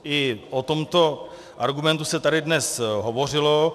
I o tomto argumentu se tady dnes hovořilo.